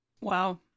Wow